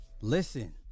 listen